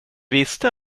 visste